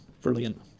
Brilliant